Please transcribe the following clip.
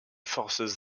forces